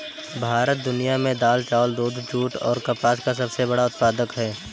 भारत दुनिया में दाल, चावल, दूध, जूट और कपास का सबसे बड़ा उत्पादक है